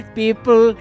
people